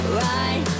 right